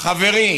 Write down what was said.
חברי